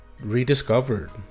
rediscovered